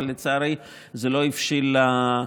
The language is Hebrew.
אבל לצערי זה לא הבשיל,